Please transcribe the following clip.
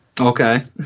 Okay